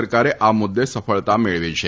સરકારે આ મુદ્દે સફળતા મેળવી છે